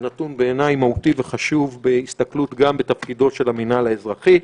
זה נתון בעיני מהותי וחשוב בהסתכלות גם בתפקידו של המינהל האזרחי.